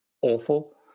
awful